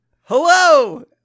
Hello